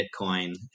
Bitcoin